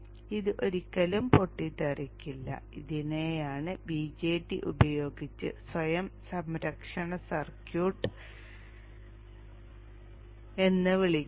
ഇത് ഒരിക്കലും പൊട്ടിത്തെറിക്കില്ല ഇതിനെയാണ് BJT ഉപയോഗിച്ച് സ്വയം സംരക്ഷണ സർക്യൂട്ട് എന്ന് വിളിക്കുന്നത്